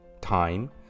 time